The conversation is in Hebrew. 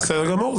בסדר גמור,